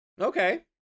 Okay